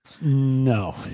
no